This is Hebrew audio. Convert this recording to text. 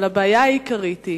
אבל הבעיה העיקרית היא